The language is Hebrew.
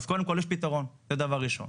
אז קודם כל, יש פתרון, זה דבר ראשון.